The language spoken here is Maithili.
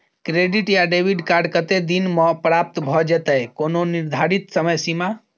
क्रेडिट या डेबिट कार्ड कत्ते दिन म प्राप्त भ जेतै, कोनो निर्धारित समय सीमा?